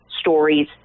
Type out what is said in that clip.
stories